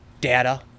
data